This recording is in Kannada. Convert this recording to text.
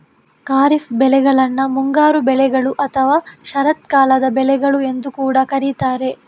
ಖಾರಿಫ್ ಬೆಳೆಗಳನ್ನ ಮುಂಗಾರು ಬೆಳೆಗಳು ಅಥವಾ ಶರತ್ಕಾಲದ ಬೆಳೆಗಳು ಎಂದು ಕೂಡಾ ಕರೀತಾರೆ